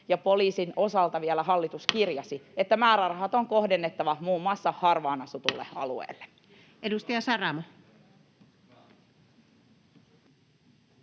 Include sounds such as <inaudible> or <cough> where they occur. kirjasi, <noise> että määrärahat on kohdennettava muun muassa harvaan asutulle alueelle. Edustaja Saramo.